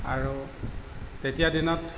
আৰু তেতিয়া দিনত